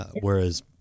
whereas